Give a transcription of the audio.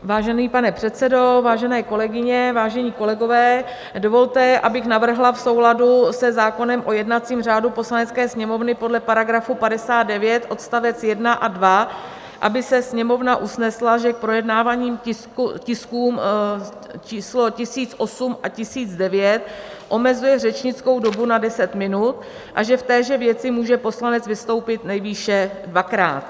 Vážený pane předsedo, vážené kolegyně, vážení kolegové, dovolte, abych navrhla v souladu se zákonem o jednacím řádu Poslanecké sněmovny podle § 59 odst. 1 a 2, aby se Sněmovna usnesla, že k projednávaným tiskům č. 1008 a 1009 omezuje řečnickou dobu na deset minut a že v téže věci může poslanec vystoupit nejvýše dvakrát.